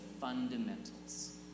fundamentals